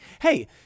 hey